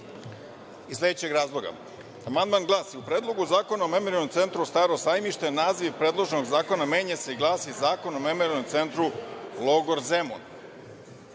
iz sledećeg razloga. Amandman glasi: „U Predlogu zakona o Memorijalnom centru „Staro Sajmište“ naziv predloženog zakona menja se i glasi: Zakon o Memorijalnom centru „Logor Zemun.“Naziv